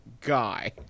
guy